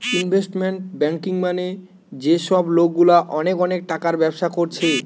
investment banking মানে যে সব লোকগুলা অনেক অনেক টাকার ব্যবসা কোরছে